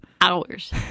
Hours